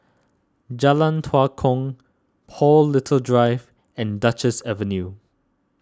Jalan Tua Kong Paul Little Drive and Duchess Avenue